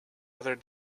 other